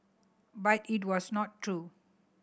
but it was not true